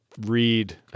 read